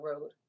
road